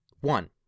One